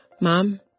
Mom